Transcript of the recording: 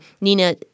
Nina